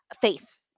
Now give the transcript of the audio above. faith